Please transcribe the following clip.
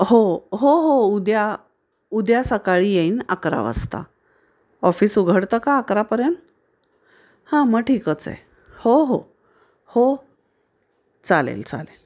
हो हो हो उद्या उद्या सकाळी येईन अकरा वाजता ऑफिस उघडतं का अकरापर्यंत हां मग ठीकच आहे हो हो हो चालेल चालेल